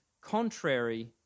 contrary